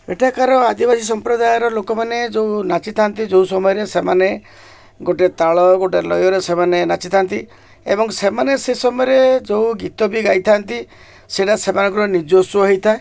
ଏଠାକାର ଆଦିବାସୀ ସମ୍ପ୍ରଦାୟର ଲୋକମାନେ ଯୋଉ ନାଚିଥାନ୍ତି ଯୋଉ ସମୟରେ ସେମାନେ ଗୋଟେ ତାଳ ଗୋଟେ ଲୟରେ ସେମାନେ ନାଚିଥାନ୍ତି ଏବଂ ସେମାନେ ସେ ସମୟରେ ଯୋଉ ଗୀତ ବି ଗାଇଥାନ୍ତି ସେଇଟା ସେମାନଙ୍କର ନିଜ ଉତ୍ସଵ ହେଇଥାଏ